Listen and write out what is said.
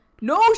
No